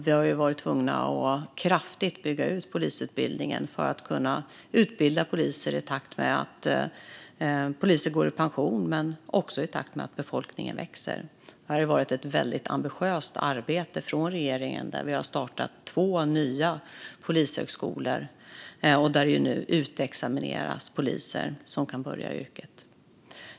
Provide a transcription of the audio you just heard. Vi har varit tvungna att kraftigt bygga ut polisutbildningen för att kunna utbilda poliser i takt med att poliser går i pension men också i takt med att befolkningen växer. Det har varit ett väldigt ambitiöst arbete från regeringen. Vi har startat två nya polishögskolor, och det utexamineras nu poliser som kan börja i yrket.